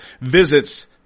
visits